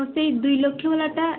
ହଁ ସେଇ ଦୁଇ ଲକ୍ଷ ୱାଲାଟା